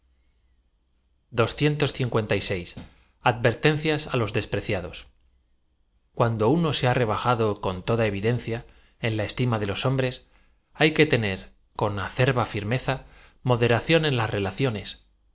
advertencias d los despreciados cuando uno ae ha rebajado con toda eyid ead a en la estima de los hombres h ay que tener con acerba firmeza moderación en las relaciones